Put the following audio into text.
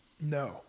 No